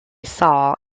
sol